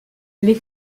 les